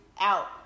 out